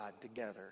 together